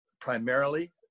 primarily